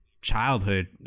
childhood